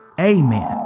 Amen